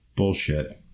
bullshit